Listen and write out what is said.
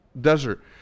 desert